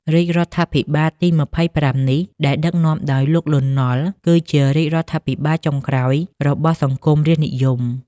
រាជរដ្ឋាភិបាលទី ២៥ នេះ ដែលដឹកនាំដោយលោក លន់ នល់ គឺជា រាជរដ្ឋាភិបាលចុងក្រោយ របស់សង្គមរាស្ត្រនិយម។